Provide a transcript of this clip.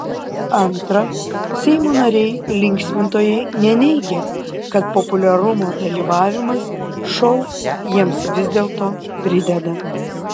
antra seimo nariai linksmintojai neneigia kad populiarumo dalyvavimas šou jiems vis dėlto prideda